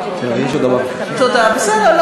בסדר,